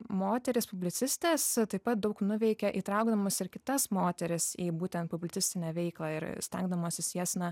moterys publicistės taip pat daug nuveikė įtraukdamos ir kitas moteris į būtent publicistinę veiklą ir stengdamosis jas na